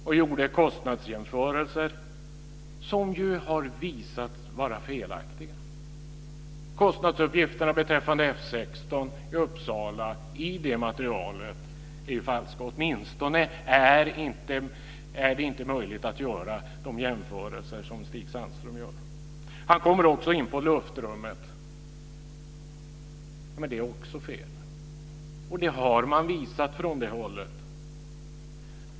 Han gjorde kostnadsjämförelser som har visat sig vara felaktiga. Kostnadsuppgifterna i det materialet beträffande F 16 i Uppsala är ju falska, eller det är åtminstone inte möjligt att göra de jämförelser som Stig Sandström gör. Han kommer också in på luftrummet. Det är också fel, och det har man visat.